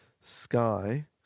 sky